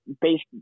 based